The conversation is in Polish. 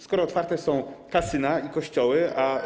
Skoro otwarte są kasyna i kościoły, a.